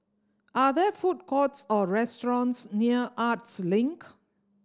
are there food courts or restaurants near Arts Link